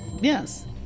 Yes